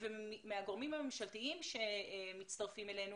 מהגורמים הממשלתיים שמצטרפים אלינו